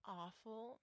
awful